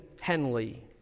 Henley